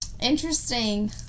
Interesting